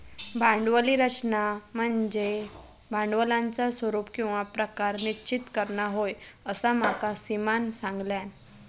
भांडवली रचना म्हनज्ये भांडवलाचा स्वरूप किंवा प्रकार निश्चित करना होय, असा माका सीमानं सांगल्यान